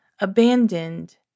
Abandoned